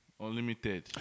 Unlimited